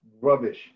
Rubbish